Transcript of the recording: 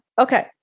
Okay